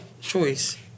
choice